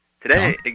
today